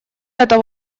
эта